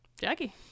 Jackie